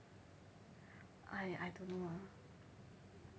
!aiya! I don't know ah